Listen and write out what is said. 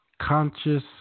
conscious